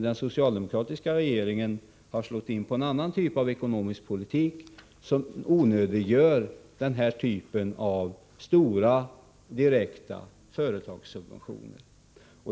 Den socialdemokratiska regeringen har slagit in på en annan typ av ekonomisk politik som onödiggör att det ges stora direkta företagssubventioner.